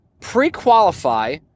pre-qualify